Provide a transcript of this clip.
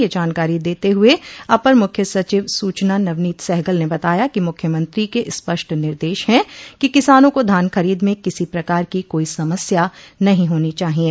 यह जानकारी देते हुए अपर मुख्य सचिव सूचना नवनीत सहगल ने बताया कि मुख्यमंत्री के स्पष्ट निर्देश है कि किसानों को धान खरीद में किसी प्रकार की कोई समस्या नहीं होनी चाहिये